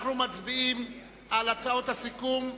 אנחנו מצביעים על הצעות הסיכום,